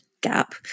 gap